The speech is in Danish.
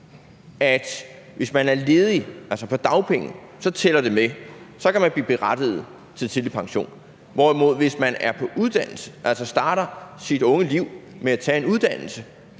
at hvis man er ledig, altså på dagpenge, så tæller det med – så kan man blive berettiget til tidlig pension – hvorimod hvis man er på uddannelse, altså starter sit unge liv med at tage en uddannelse,